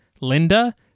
Linda